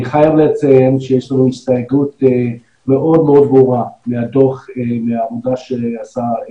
אני חייב לציין שיש לנו הסתייגות מאוד מאוד ברורה מהעבודה שעשה פרופ'